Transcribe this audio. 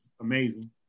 amazing